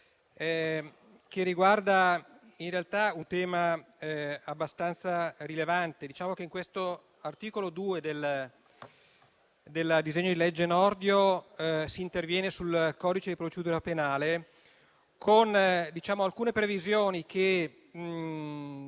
che riguarda in realtà un tema abbastanza rilevante. Con l'articolo 2 del disegno di legge Nordio si interviene sul codice di procedura penale con alcune previsioni che,